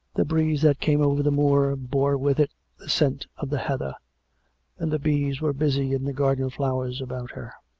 the breeze that came over the moor bore with it the scent of the heather and the bees were busy in the garden flowers about her.